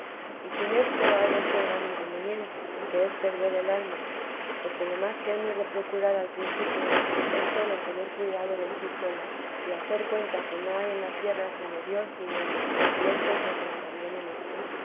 y sin esto hay otro gran inconveniente que es perder ei alma porque lo más que hemos de procurar al principio es sólo tener cuidado de sí sola y hacer cuenta que no hay en la tierra sino dios y ella y esto es lo que le conviene mucho